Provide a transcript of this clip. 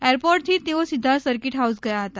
એરપોર્ટથી તેઓ સીધા સર્કિટ હાઉસ ગયા હતા